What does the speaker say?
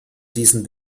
diesen